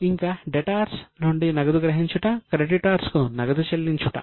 ఇంకా డెటార్స్ కు నగదు చెల్లించుట